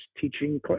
teaching